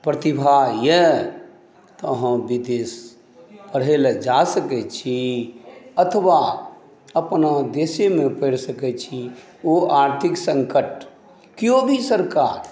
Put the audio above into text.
प्रतिभा अछि तऽ अहाँ विदेश पढ़ए ला जा सकैछी अथवा अपना देशेमे पढ़ि सकै छी ओ आर्थिक सङ्कट केओ भी सरकार